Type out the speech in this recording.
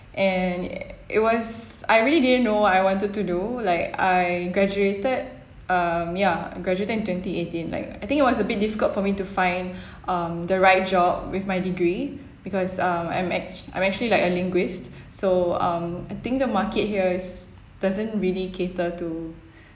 and I~ it was I really didn't know what I wanted to do like I graduated um ya I graduated in twenty eighteen like I think it was a bit difficult for me to find um the right job with my degree because uh I'm act~ I'm actually like a linguist so um I think the market here is doesn't really cater to